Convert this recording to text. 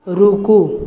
रूकु